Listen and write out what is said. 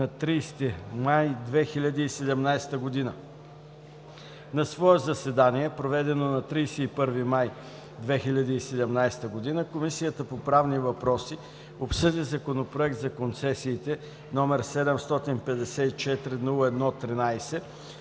на 30 май 2017 г. На свое заседание, проведено на 31 май 2017 г., Комисията по правни въпроси обсъди Законопроект за концесиите, № 754-01-13,